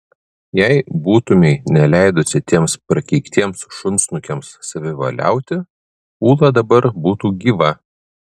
jei būtumei neleidusi tiems prakeiktiems šunsnukiams savivaliauti ūla dabar būtų gyva